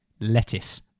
lettuce